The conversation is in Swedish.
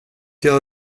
jag